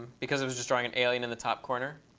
because it was just drawing an alien in the top corner,